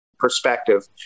Perspective